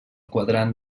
quadrant